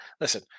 listen